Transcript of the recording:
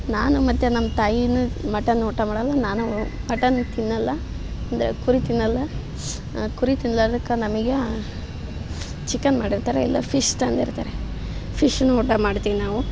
ನಾನು ಮತ್ತು ನಮ್ಮ ತಾಯಿನೂ ಮಟನ್ ಊಟ ಮಾಡಲ್ಲ ನಾನೂ ಮಟನ್ ತಿನ್ನೋಲ್ಲ ಅಂದರೆ ಕುರಿ ತಿನ್ನೋಲ್ಲ ಕುರಿ ತಿನ್ಲಾರ್ದಕ್ಕೆ ನಮಗೆ ಚಿಕನ್ ಮಾಡಿರ್ತಾರೆ ಇಲ್ಲ ಫಿಶ್ ತಂದಿರ್ತಾರೆ ಫಿಶ್ಶಿನ ಊಟ ಮಾಡ್ತೀವಿ ನಾವು